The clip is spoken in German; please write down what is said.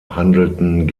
handelten